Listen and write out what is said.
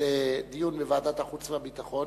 לדיון בוועדת החוץ והביטחון.